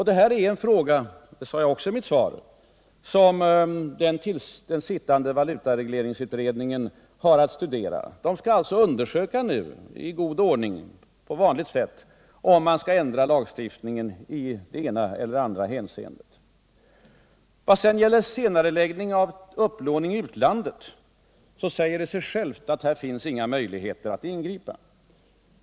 Detta är en fråga som — det framhåller jag också i mitt svar — den sittande valutaregleringsutredningen har att studera. Den skall alltså på vanligt sätt i god ordning undersöka om vi bör ändra lagstiftningen i det ena eller andra hänseendet. Vad sedan gäller frågan om senareläggning av upplåning i utlandet säger det sig självt att det här inte finns några möjligheter att ingripa.